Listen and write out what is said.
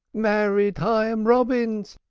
married hyam robins,